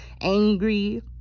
angry